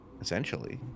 essentially